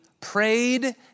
prayed